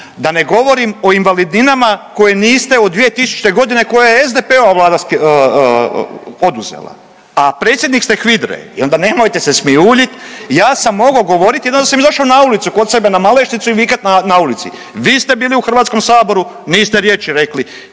Da ne govorim o invalidninama koje niste od 2000. godine koje je SDP-ova vlada poduzela, a predsjednik ste HVIDRE i onda nemojte se smijuljiti. Ja sam mogao govorit, jedno da sam i došao na ulicu kod sebe na Malešnicu i vikat na ulici. Vi ste bili u Hrvatskom saboru niste riječi rekli.